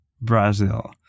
brazil